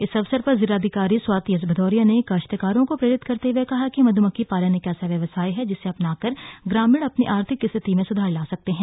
इस अवसर पर जिलाधिकारी स्वाति एस भदौरिया ने काश्तकारों को प्रेरित करते हए कहा कि मध्मक्खी पालन एक ऐसा व्यवसाय है जिसे अपनाकर ग्रामीण अपनी आर्थिक स्थिति में सुधार ला सकते हैं